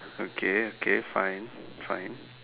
okay okay fine fine